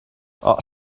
are